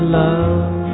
love